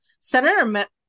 senator